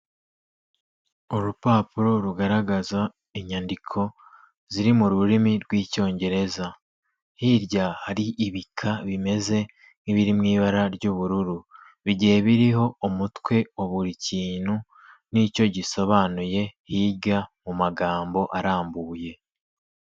Urupapuro rugaragaza inyandiko ziri mu rurimi rw'icyongereza, hirya hari ibika bimeze nk'ibiri mu ibara ry'ubururu. Bigiye biriho umutwe wa buri kintu n'icyo gisobanuye hirya mu magambo arambuye.